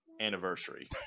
anniversary